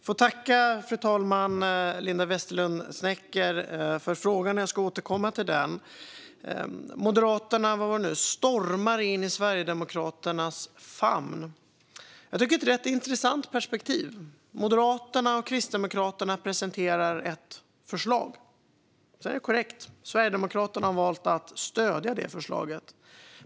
Fru talman! Tack för frågan, Linda Westerlund Snecker! Jag ska återkomma till den. "Moderaterna stormar in i Sverigedemokraternas famn" - jag tycker att det är ett rätt intressant perspektiv. Moderaterna och Kristdemokraterna presenterar ett förslag, och det är korrekt att Sverigedemokraterna har valt att stödja det.